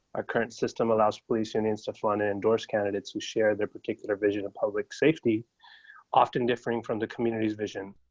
ah current system allows police unions tough one to endorse candidates who share their particular vision of public safety often different from the communities vision.